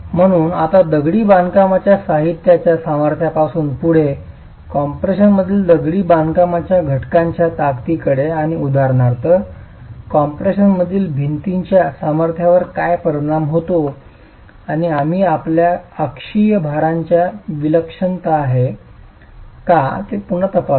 म्हणून आम्ही आता दगडी बांधकामाच्या साहित्याच्या सामर्थ्यापासून पुढे कम्प्रेशनमधील दगडी बांधकामाच्या घटकाच्या ताकदीकडे आणि उदाहरणार्थ कॉम्प्रेशनमधील भिंतींच्या सामर्थ्यावर काय परिणाम होतो आणि आम्ही आपल्या अक्षीय भारांची विलक्षणता आहे का ते पुन्हा तपासू